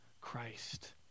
Christ